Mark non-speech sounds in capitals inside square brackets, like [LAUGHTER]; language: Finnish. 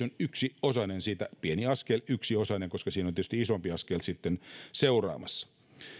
[UNINTELLIGIBLE] on yksi osanen sitä pieni askel yksi osanen koska siinä on tietysti isompi askel sitten seuraamassa